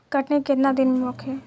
कटनी केतना दिन में होखे?